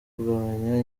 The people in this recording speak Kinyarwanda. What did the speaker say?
kugabanya